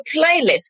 playlist